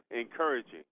encouraging